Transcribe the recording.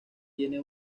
tiene